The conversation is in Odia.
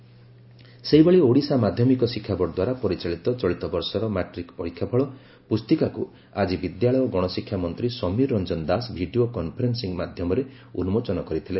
ମାଟ୍ରିକ୍ ପରୀକ୍ଷା ଫଳ ସେହିଭଳି ଓଡ଼ିଶା ମାଧ୍ୟମିକ ଶିକ୍ଷା ବୋର୍ଡ ଦ୍ୱାରା ପରିଚାଳିତ ଚଳିତ ବର୍ଷର ମାଟ୍ରିକ୍ ପରୀକ୍ଷା ଫଳ ପୁସ୍ତିକାକୁ ଆଜି ବିଦ୍ୟାଳୟ ଓ ଗଣଶିକ୍ଷାମନ୍ତ୍ରୀ ସମୀର ରଂଜନ ଦାସ ଭିଡ଼ିଓ କନ୍ଫରେନ୍ନିଂ ମଧ୍ମରେ ଉନ୍ମୋଚନ କରିଥିଲେ